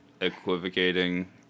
equivocating